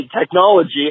technology